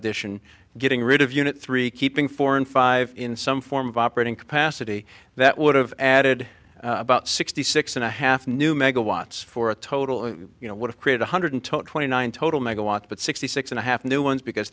addition getting rid of unit three keeping four and five in some form of operating capacity that would have added about sixty six and a half new megawatts for a total you know would have create one hundred top twenty nine total megawatts but sixty six and a half new ones because